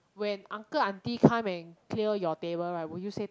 when uncle auntie come and clear your table right will you say